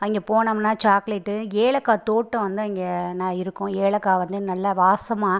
அங்கே போனோம்னால் சாக்லேட் ஏலக்காய் தோட்டம் வந்து அங்கே ந இருக்கும் ஏலக்காய் வந்து நல்லா வாசமாக